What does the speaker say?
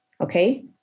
Okay